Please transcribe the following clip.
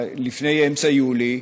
לפני אמצע יולי,